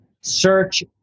search